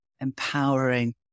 empowering